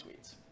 tweets